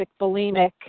bulimic